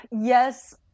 yes